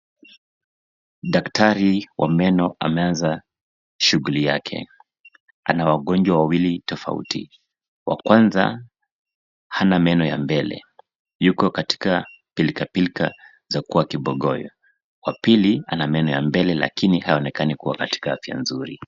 Dakitari wa meno ameanza shughuli yake, ana wagonjwa wawili tofauti wakwanza hana meno ya mbele yuko katika pilka pilka za kuwa kibogoyo, wa pili ana meno ya mbele lakini hayaonekani kuwa katika afya nzuri.